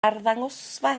arddangosfa